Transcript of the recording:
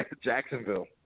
Jacksonville